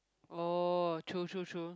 oh true true true